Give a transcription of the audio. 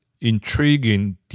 intriguing